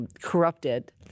corrupted